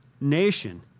nation